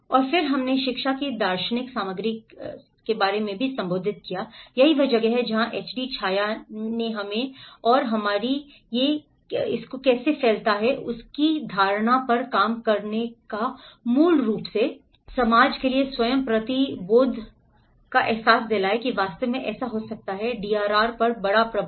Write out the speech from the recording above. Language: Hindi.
और फिर हमने शिक्षा की दार्शनिक सामग्री के बारे में भी संबोधित किया यही वह जगह है जहाँ HD CHAYYA मैं हम और हमारी और यह कैसे से फैलता है की धारणा पर काम करता है मूल रूप से I और वह समाज के लिए स्वयं के प्रति बहुत बोध है और वास्तव में ऐसा हो सकता है DRR पर बड़ा प्रभाव